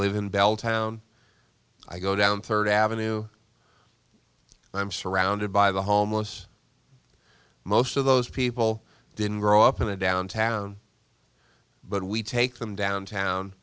live in belltown i go down third avenue and i'm surrounded by the homeless most of those people didn't grow up in a downtown but we take them downtown